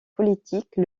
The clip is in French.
politique